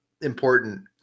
important